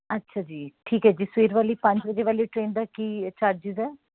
ਅੱਛਾ ਜੀ ਠੀਕ ਹੈ ਜੀ ਸਵੇਰ ਵਾਲੀ ਪੰਜ ਵਜੇ ਵਾਲੀ ਟ੍ਰੇਨ ਦਾ ਕੀ ਚਾਰਜਿਸ ਹੈ